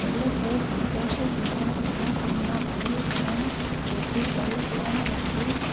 दिलि खे संतोश ॾियणु मनोकामना पूरी करणु बुद्धी ॿलु ॾियणु वारी